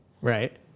Right